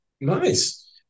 Nice